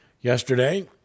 Yesterday